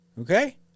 Okay